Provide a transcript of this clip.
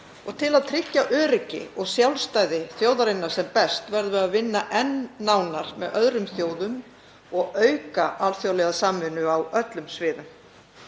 Til að tryggja öryggi og sjálfstæði þjóðarinnar sem best verðum við að vinna enn nánar með öðrum þjóðum og auka alþjóðlega samvinnu á öllum sviðum.